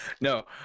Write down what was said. No